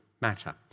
matter